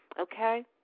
okay